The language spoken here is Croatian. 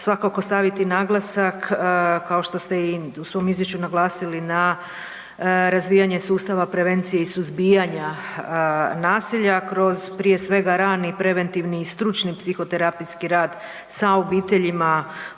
svakako staviti naglasak kao što ste i u svom izvješću naglasili, na razvijanje sustava prevencije i suzbijanja nasilja kroz, prije svega rani preventivni i stručni psihoterapijski rad sa obiteljima u